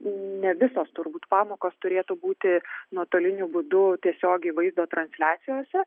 ne visos turbūt pamokos turėtų būti nuotoliniu būdu tiesiogiai vaizdo transliacijose